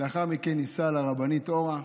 ולאחר מכן נישא לרבנית אורה.